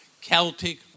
Celtic